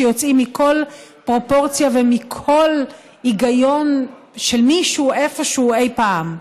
שיוצאים מכל פרופורציה ומכל היגיון של מישהו איפשהו אי-פעם.